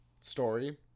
story